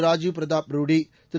Rajiv Pratap Rudy Thiru